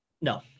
No